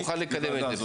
דבי, אני מוכן לקדם את זה.